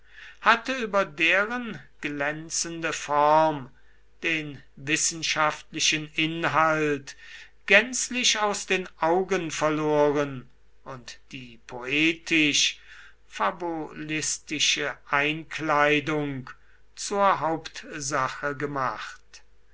hatte über deren glänzende form den wissenschaftlichen inhalt gänzlich aus den augen verloren und die poetisch fabulistische einkleidung zur hauptsache gemacht